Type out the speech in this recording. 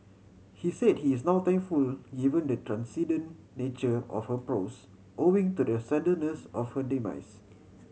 he said he is now thankful given the transcendent nature of her prose owing to the suddenness of her demise